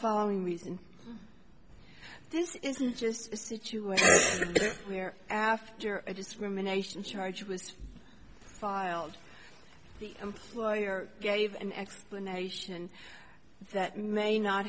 following reason this isn't just a situation where after a discrimination charge was filed the employer gave an explanation that may not